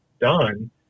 done